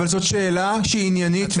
אבל זאת שאלה שהיא עניינית,